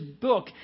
book